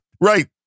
right